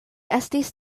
estis